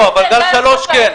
לא, אבל גל 3 כן.